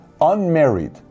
unmarried